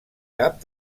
cap